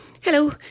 hello